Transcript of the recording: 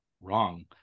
Wrong